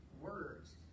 words